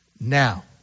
now